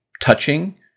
touching